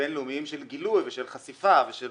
הבינלאומיים של גילוי ושל חשיפה ושל